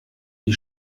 die